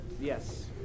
Yes